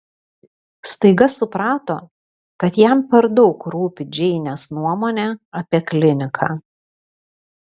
staiga suprato kad jam per daug rūpi džeinės nuomonė apie kliniką